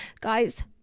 guys